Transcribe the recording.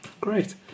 Great